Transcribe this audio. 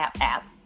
app